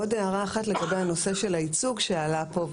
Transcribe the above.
עוד הערה לגבי הנושא של הייצוג שעלה פה.